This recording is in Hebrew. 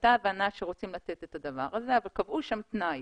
הייתה הבנה שרוצים לתת את הדבר הזה אבל קבעו שם תנאי